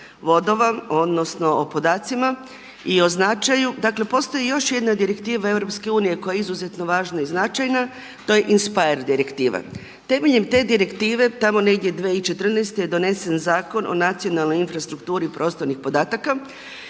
odnosno o podacima i o značaju. Dakle, postoji još jedna direktiva Europske unije koja je izuzetno važna i značajna, to je INSPIRE direktiva. Temeljem te direktive tamo negdje tamo 2014. godine donesen je Zakon o nacionalnoj infrastrukturi prostornih podataka